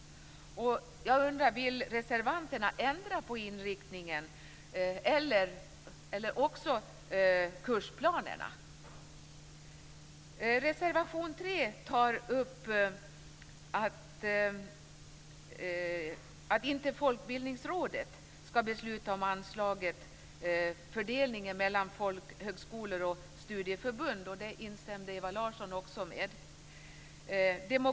Jag undrar: Vill reservanterna ändra inriktningen och/eller kursplanerna? I reservation 3 föreslår Moderaterna att Folkbildningsrådet inte skall besluta om anslagets fördelning mellan folkhögskolor och studieförbund. Ewa Larsson instämde också i det.